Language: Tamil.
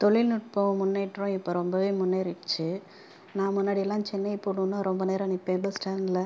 தொழில்நுட்பம் முன்னேற்றம் இப்போ ரொம்பவே முன்னேறிடுச்சு நான் முன்னாடியெலாம் சென்னை போகணும்னால் ரொம்ப நேரம் நிற்பேன் பஸ் ஸ்டாண்டில்